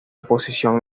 posición